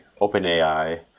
OpenAI